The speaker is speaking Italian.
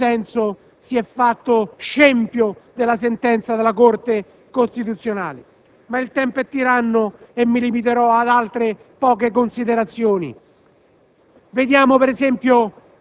Allora, anche in questo senso, si è fatto scempio di una valutazione della Corte costituzionale. Ma il tempo è tiranno e mi limiterò ad altre, poche, considerazioni.